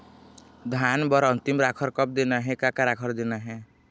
धान बर अन्तिम राखर कब देना हे, का का राखर देना हे?